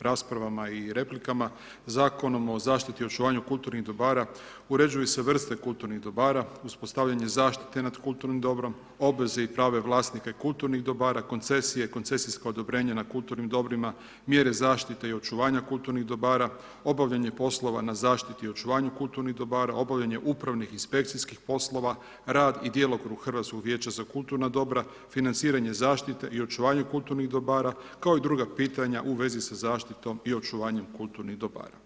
raspravama i replikama, Zakonom o zaštiti i očuvanju kulturnih dobara, uređuju se vrste kulturnih dobara, uspostavljanje zaštite nad kulturnim dobrom, obveze i prave vlasnike kulturnih dobara, koncesije, koncesijske odobrenja, na kulturnim dobrima, mjere zaštite i očuvanje kulturnih dobara, obavljanje poslova na zaštite očuvanje kulturnih dobara, obavljanje upravnih i inspekcijskih poslova, rad i djelokrug Hrvatskog vijeća za kulturna dobra, financiranje zaštite i očuvanje kulturnih dobara, kao i druga pitanja u vezi sa zaštitom i očuvanju kulturnih dobara.